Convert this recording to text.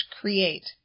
create